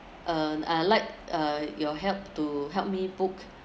uh I like uh your help to help me book